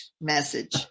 message